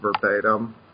verbatim